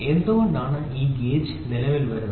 എന്തുകൊണ്ടാണ് ഈ ഗേജ് നിലവിൽ വരുന്നത്